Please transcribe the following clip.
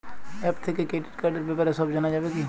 App থেকে credit কার্ডর ব্যাপারে সব জানা যাবে কি?